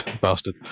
Bastard